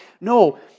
No